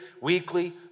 weekly